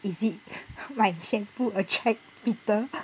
is it like shampoo attract beetle